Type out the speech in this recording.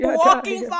walking